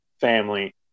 family